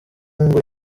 ngo